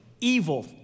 evil